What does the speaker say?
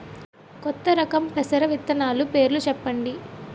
కొత్త రకం పెసర విత్తనాలు పేర్లు చెప్పండి?